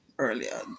Earlier